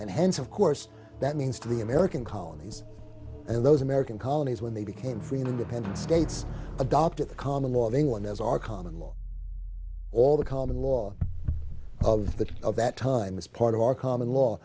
hence of course that means to the american colonies and those american colonies when they became free independent states adopted the common law of england as our common law all the common law of that of that time is part of our common law